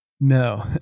No